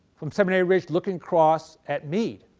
from seminary ridge looking across at meade.